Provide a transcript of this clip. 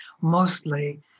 mostly